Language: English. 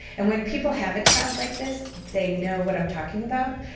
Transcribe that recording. and when people have a child like this they know what i'm talking about,